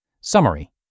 Summary